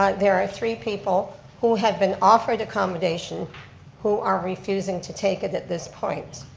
like there are three people who have been offered accommodations who are refusing to take it at this point.